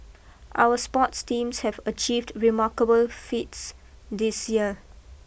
our sports teams have achieved remarkable feats this year